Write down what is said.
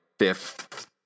fifth